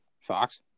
Fox